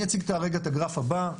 אני אציג את הגרף הבא,